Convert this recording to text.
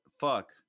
fuck